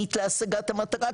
חיונית להשגת המטרה,